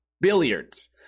billiards